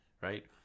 Right